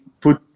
put